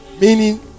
Meaning